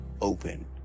open